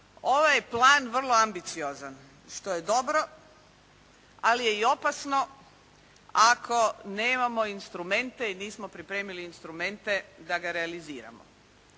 Ovaj je plan vrlo ambiciozan što je i dobro ali je i opasno ako nemamo instrumente i nismo pripremili instrumente da ga realiziramo.